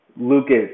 Lucas